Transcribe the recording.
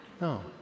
No